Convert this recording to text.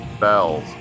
Bells